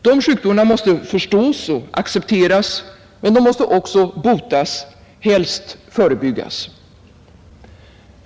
De måste förstås och accepteras, men de måste också botas, helst förebyggas.